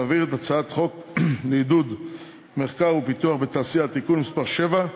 להעביר את הצעת חוק לעידוד מחקר ופיתוח בתעשייה (תיקון מס' 7)